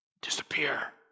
disappear